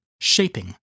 shaping